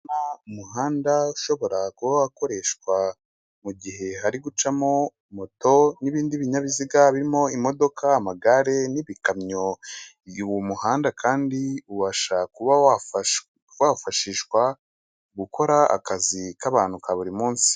Umuhanda ushobora kuba wakoreshwa mu gihe hari gucamo moto n'ibindi binyabiziga birimo imodoka, amagare n'ibikamyo, uyu muhanda kandi ubasha kuba wafashishwa gukora akazi k'abantu ka buri munsi.